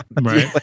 right